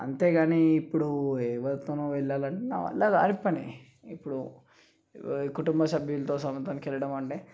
అంతే గానీ ఇప్పుడు ఎవరితోనో వెళ్ళాలంటే నా వల్ల కాని పని ఇప్పుడు కుటుంబ సభ్యులతో సముద్రానికెళ్ళడమంటే